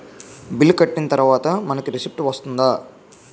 Bill కట్టిన తర్వాత మనకి రిసీప్ట్ వస్తుందా?